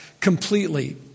completely